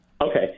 Okay